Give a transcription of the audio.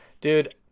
dude